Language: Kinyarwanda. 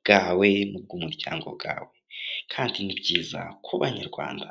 bwawe n'ubw'umuryango wawe. Kandi ni byiza ku Banyarwanda.